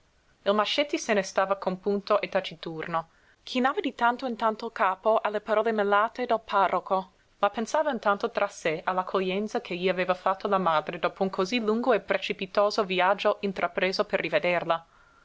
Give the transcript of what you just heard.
il mascetti se ne stava compunto e taciturno chinava di tanto in tanto il capo alle parole melate del parroco ma pensava intanto tra sé all'accoglienza che gli aveva fatto la madre dopo un cosí lungo e precipitoso viaggio intrapreso per rivederla